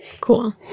cool